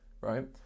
right